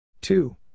Two